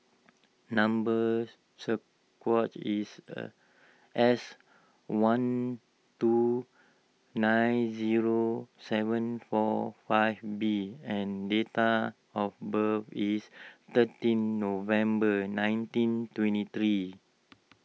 number is S one two nine zero seven four five B and data of birth is thirteen November nineteen twenty three